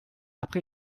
après